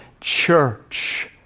church